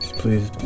please